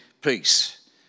Peace